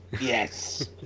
yes